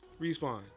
respawn